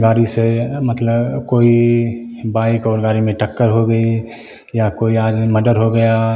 गाड़ी से मतलब कोई बाइक और गाड़ी में टक्कर हो गई या कोई यानी मर्डर हो गया